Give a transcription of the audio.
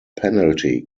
penalty